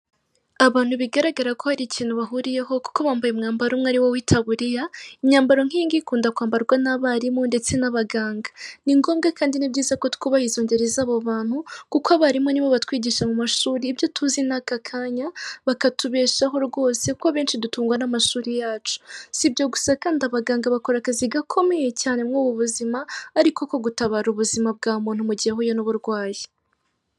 Abantu bigaragara ko hari ikintu bahuriyeho, kuko bambaye umwambaro umwe ari wo w'itaburiya, imyambaro nk'iyi ngiyi ikunda kwambarwa n'abarimu ndetse n'abaganga, ni ngombwa kandi ni byiza ko twubaha izo ngeri z'abo bantu, kuko abarimu ni bo batwigisha mu mashuri ibyo tuzi n'aka kanya, bakatubeshaho rwose, kuko abeshi dutungwa n'amashuri yacu. Si ibyo gusa kandi abaganga bakora akazi gakomeye cyane muri ubu buzima, ariko ko gutabara ubuzima bwa muntu mu gihe ahuye n'uburwayi.